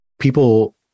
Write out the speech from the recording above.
people